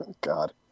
God